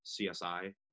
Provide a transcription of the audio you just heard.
csi